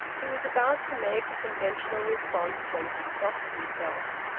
he was about to make a conventional response, when he stopped himself.